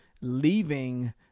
leaving